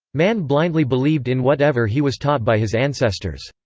man blindly believed in whatever he was taught by his ancestors.